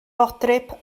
fodryb